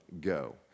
go